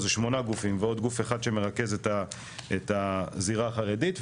זה שמונה גופים ועוד גוף אחד שמרכז את הזירה החרדית.